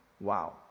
Wow